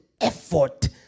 effort